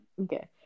Okay